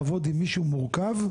לעבוד עם מישהו מורכב,